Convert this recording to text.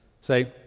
Say